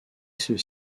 ceux